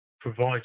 provide